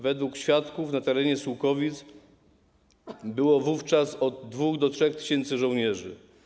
Według świadków na terenie Sułkowic było wówczas od 2 do 3 tys. żołnierzy.